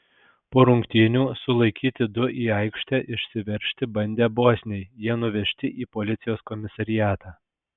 po rungtynių sulaikyti du į aikštę išsiveržti bandę bosniai jie nuvežti į policijos komisariatą